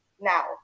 Now